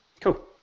Cool